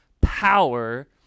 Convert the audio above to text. power